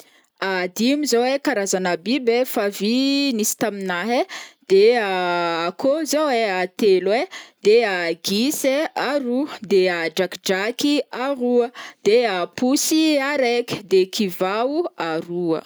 Dimy zao ai karazagna biby e f'avy nisy tamina ai, de akôho zao ai telo ai de gisa ai aroa de a drakidraky aroa de a posy araiky de kivà o aroa.